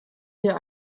hier